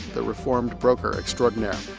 the reformed broker extraordinaire.